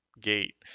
gate